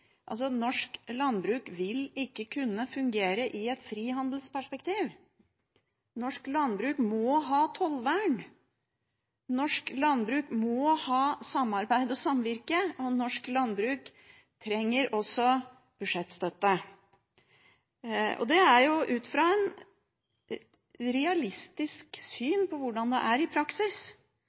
norsk landbruk ikke vil kunne fungere i et frihandelsperspektiv. Norsk landbruk må ha tollvern. Norsk landbruk må ha samarbeid og samvirke, og norsk landbruk trenger også budsjettstøtte ut fra et realistisk syn på hvordan det er i praksis.